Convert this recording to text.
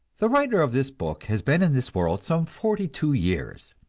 the writer of this book has been in this world some forty-two years.